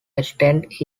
extends